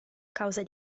causa